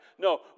No